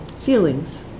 feelings